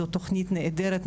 זו תוכנית נהדרת,